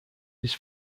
his